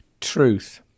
truth